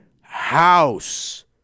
house